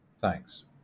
thanks